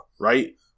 right